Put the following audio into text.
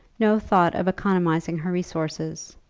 no thought of economizing her resources.